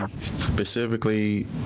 specifically